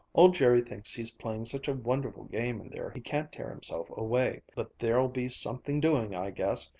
old jerry thinks he's playing such a wonderful game in there he can't tear himself away but there'll be something doing, i guess,